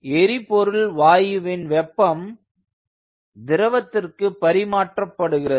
எரிபொருள் வாயுவின் வெப்பம் திரவத்திற்கு பரிமாற்றப்படுகிறது